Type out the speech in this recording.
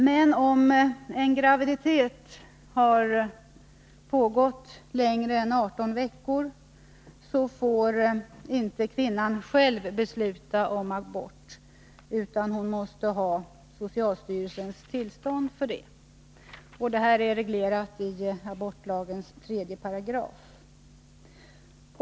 Men om en graviditet har pågått längre än 18 veckor får inte kvinnan själv besluta om abort, utan hon måste ha socialstyrelsens tillstånd. Detta regleras i 3 § abortlagen.